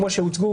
כמו שהוצגו,